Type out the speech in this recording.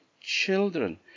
children